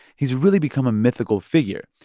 he's really become a mythical figure.